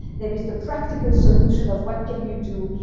there is the practical solution of what can you do?